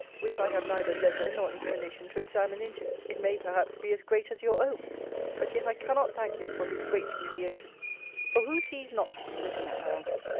which i have neither leisure nor inclination to examine into it may perhaps be as great as your own but yet i cannot thank him for his great mediation for who sees not, looking at my uncle,